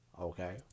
Okay